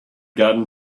garden